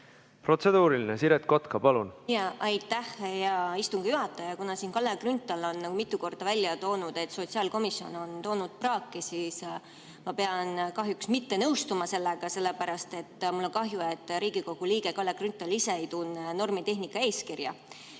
Protseduuriline, Siret Kotka, palun!